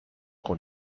qu’on